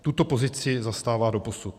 Tuto pozici zastává doposud.